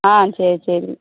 ஆ சரி சரி